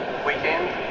weekend